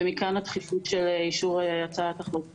ומכאן הדחיפות של אישור הצעת החוק במליאה.